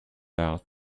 out